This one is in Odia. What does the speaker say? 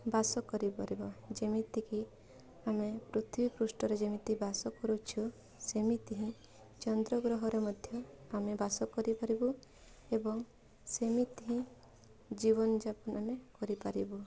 ବାସ କରିପାରିବ ଯେମିତିକି ଆମେ ପୃଥିବୀ ପୃଷ୍ଠରେ ଯେମିତି ବାସ କରୁଛୁ ସେମିତି ହିଁ ଚନ୍ଦ୍ର ଗ୍ରହରେ ମଧ୍ୟ ଆମେ ବାସ କରିପାରିବୁ ଏବଂ ସେମିତି ହିଁ ଜୀବନଯାପନ ଆମେ କରିପାରିବୁ